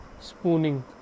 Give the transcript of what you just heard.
Spooning